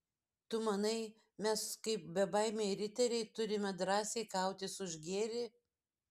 tu manai mes kaip bebaimiai riteriai turime drąsiai kautis už gėrį